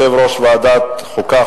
יושב-ראש ועדת החוקה,